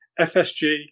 FSG